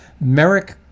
Merrick